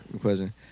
Question